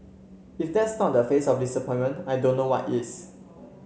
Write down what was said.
if that's not the face of disappointment I don't know what is